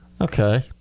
Okay